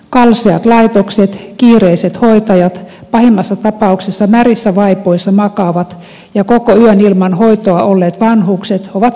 kalseat laitokset kiireiset hoitajat pahimmassa tapauksessa märissä vaipoissa makaavat ja koko yön ilman hoitoa olleet vanhukset ovat arkipäivää